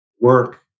work